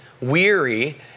weary